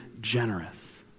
generous